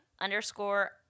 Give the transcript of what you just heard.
underscore